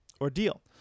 ordeal